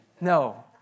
No